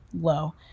low